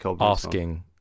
asking